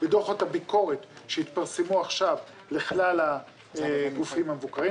בדוחות הביקורות שהתפרסמו עכשיו לכלל הגופים המבוקרים.